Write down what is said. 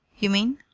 you mean?